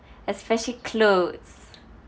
especially clothes